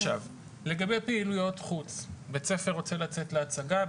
לגבי פעילויות חוץ בית ספר רוצה לצאת להצגה,